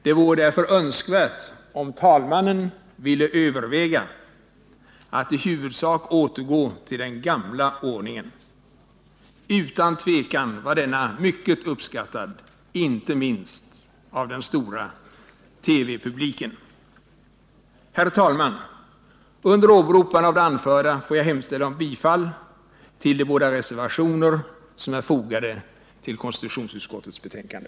Det vore därför önskvärt om talmannen ville överväga 18 april 1979 att i huvudsak återgå till den gamla ordningen. Utan tvivel var denna mycket uppskattad, inte minst av den stora TV-publiken. Herr talman! Under åberopande av det anförda får jag hemställa om bifall till de båda reservationer som är fogade till konstitutionsutskottets betänkande.